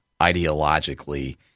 ideologically